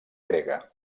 grega